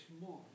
more